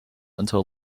until